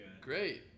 Great